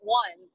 one